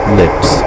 lips